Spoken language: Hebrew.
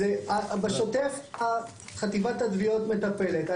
בשוטף, חטיבת התביעות מטפלת.